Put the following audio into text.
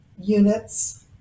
units